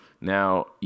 Now